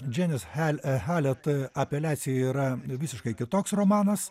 džianis hele halet apeliacija yra visiškai kitoks romanas